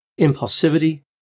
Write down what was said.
impulsivity